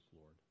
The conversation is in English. Lord